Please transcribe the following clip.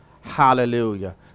Hallelujah